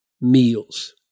meals